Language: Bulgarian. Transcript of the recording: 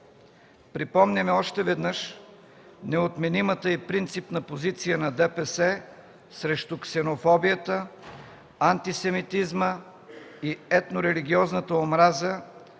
Припомняме още веднъж неотменимата и принципна позиция на ДПС срещу ксенофобията, антисемитизма и етнорелигиозната омраза